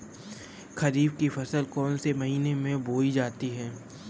खरीफ की फसल कौन से महीने में बोई जाती है?